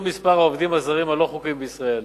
מספר העובדים הזרים הלא-חוקיים בישראל,